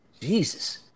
Jesus